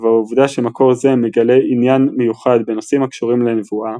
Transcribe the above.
והעובדה שמקור זה מגלה עניין מיוחד בנושאים הקשורים לנבואה,